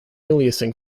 aliasing